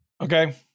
Okay